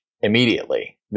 immediately